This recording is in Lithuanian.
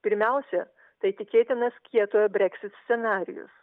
pirmiausia tai tikėtinas kietojo breksit scenarijus